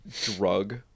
drug